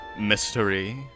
mystery